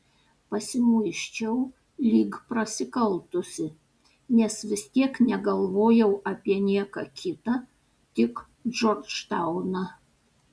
pasimuisčiau lyg prasikaltusi nes vis tiek negalvojau apie nieką kitą tik džordžtauną